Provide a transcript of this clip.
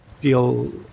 feel